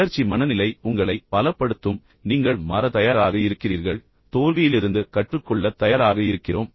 வளர்ச்சி மனநிலை உங்களை பலப்படுத்தும் நீங்கள் மாற தயாராக இருக்கிறீர்கள் நாங்கள் மாற்றிக்கொள்ள தயாராக இருக்கிறோம் தோல்வியிலிருந்து கற்றுக்கொள்ளத் தயாராக இருக்கிறோம்